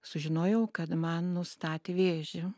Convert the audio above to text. sužinojau kad man nustatė vėžį